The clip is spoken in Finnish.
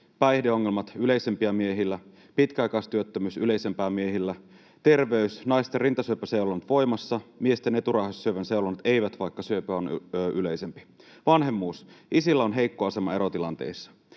Päihdeongelmat: yleisempiä miehillä. Pitkäaikaistyöttömyys: yleisempää miehillä. Terveys: naisten rintasyöpäseulonnat voimassa, miesten eturauhassyövän seulonnat eivät, vaikka syöpä on yleisempi. Vanhemmuus: isillä on heikko asema erotilanteissa.